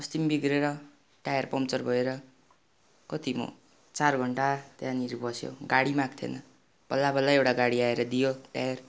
अस्ति पनि बिग्रेर टायर पम्चर भएर कति म चार घन्टा त्यहाँनिर बसेँ हो गाडी पनि आएको थिएन बल्ल बल्ल एउटा गाडी आएर दियो टायर